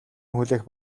хүлээх